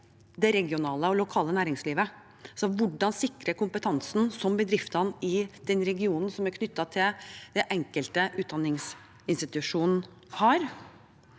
det regionale og lokale næringslivet? Hvordan sikrer man den kompetansen som bedriftene i den regionen som er knyttet til den enkelte utdanningsinstitusjonen, har,